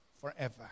forever